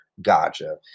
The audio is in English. Gotcha